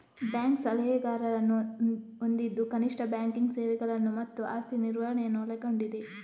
bank ಸಲಹೆಗಾರರನ್ನು ಹೊಂದಿದ್ದು ಕನಿಷ್ಠ ಬ್ಯಾಂಕಿಂಗ್ ಸೇವೆಗಳನ್ನು ಮತ್ತು ಆಸ್ತಿ ನಿರ್ವಹಣೆಯನ್ನು ಒಳಗೊಂಡಿದೆ